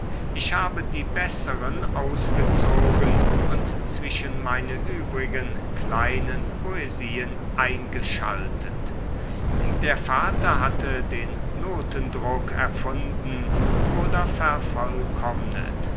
ich habe die besseren ausgezogen und zwischen meine übrigen kleinen poesien eingeschaltet der vater hatte den notendruck erfunden oder